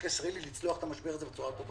הישראלי לצלוח את המשבר הזה בצורה הטובה ביותר.